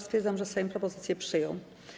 Stwierdzam, że Sejm propozycję przyjął.